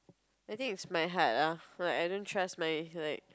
the thing is my heart ah like I don't trust my like